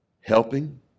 helping